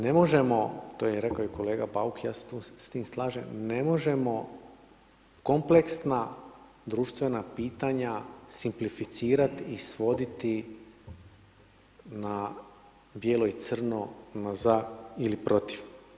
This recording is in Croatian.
Ne možemo, to je rekao i kolega Bauk, ja se tu s tim slažem, ne možemo kompleksna društvena pitanja simplificirat i svoditi na bijelo i crno, na ZA ili PROTIV.